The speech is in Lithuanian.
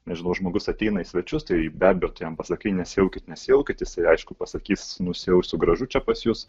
nežinau žmogus ateina į svečius tai be abejo tu jam pasakai nesiaukit nesiaukit jisai aišku pasakys nusiausiu gražu čia pas jus